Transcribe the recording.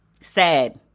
Sad